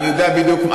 אני יודע בדיוק.